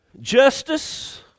justice